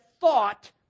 thought